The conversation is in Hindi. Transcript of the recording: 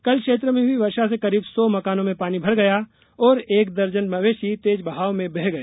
कल क्षेत्र में हई वर्षा से करीब सौ मकानों में पानी भर गया और एक दर्जन मवेशी तेज बहाव में बह गए